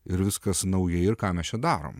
ir viskas naujai ir ką mes čia darom